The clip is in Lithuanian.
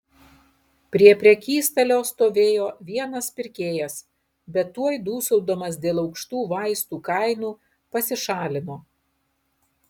prie prekystalio stovėjo vienas pirkėjas bet tuoj dūsaudamas dėl aukštų vaistų kainų pasišalino